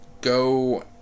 Go